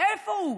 איפה הוא?